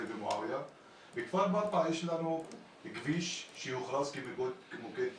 ומועאוויה ובכפר ברטעא יש לנו כביש שהוכרז כמוקד סיכון.